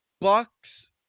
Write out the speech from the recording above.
Bucks